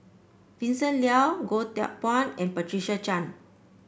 Vincent Leow Goh Teck Phuan and Patricia Chan